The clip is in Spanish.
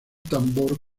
tambor